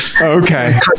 okay